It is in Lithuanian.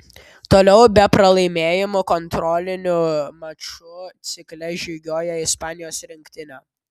toliau be pralaimėjimų kontrolinių mačų cikle žygiuoja ispanijos rinktinė